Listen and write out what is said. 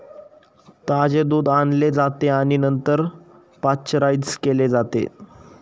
ताजे दूध आणले जाते आणि नंतर पाश्चराइज केले जाते